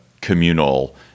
communal